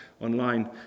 online